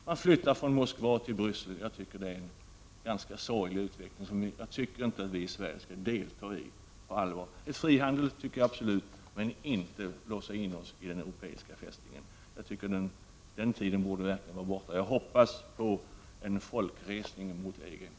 Man flyttar från Moskva till Bryssel, så att säga. Det är en ganska sorglig utveckling. Den skall inte vi i Sverige delta i på allvar. Frihandel tycker jag absolut vi skall ha, men vi skall inte låsa in oss i den europeiska fästningen. Den tiden borde verkligen vara borta. Jag hoppas på en folkresning mot EG.